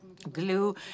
glue